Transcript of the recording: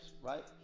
right